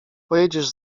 pojedziesz